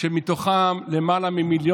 הוא עושה את הקריירה שלו מזה.